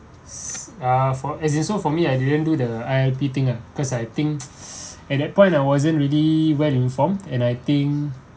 s~ ah for as it so for me I didn't do the I_L_P thing ah cause I think at that point I wasn't really well informed and I think